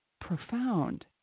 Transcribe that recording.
profound